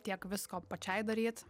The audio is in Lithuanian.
tiek visko pačiai daryt